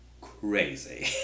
crazy